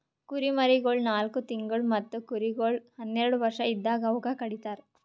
ಕುರಿಮರಿಗೊಳ್ ನಾಲ್ಕು ತಿಂಗುಳ್ ಮತ್ತ ಕುರಿಗೊಳ್ ಹನ್ನೆರಡು ವರ್ಷ ಇದ್ದಾಗ್ ಅವೂಕ ಕಡಿತರ್